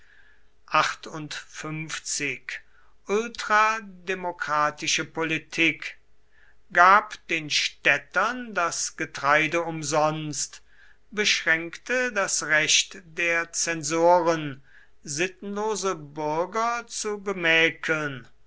ultrademokratische politik gab den städtern das getreide umsonst beschränkte das recht der zensoren sittenlose bürger zu bemäkeln